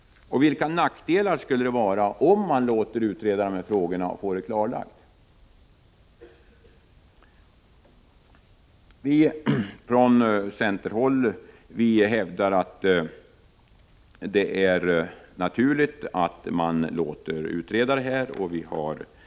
Vilka nackdelar skulle det föra med sig, om man låter utreda dessa frågor och får dem klarlagda? Från centerhåll hävdar vi att det är naturligt att man låter utreda frågan om lagstiftning beträffande ideella föreningar.